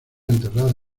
enterrada